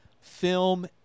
film